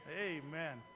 Amen